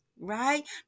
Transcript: right